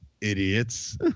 Idiots